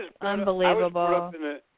unbelievable